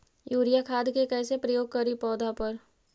Urea खाद के कैसे प्रयोग करि पौधा पर?